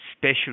special